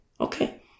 Okay